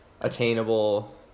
attainable